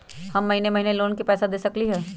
हम महिने महिने लोन के पैसा दे सकली ह?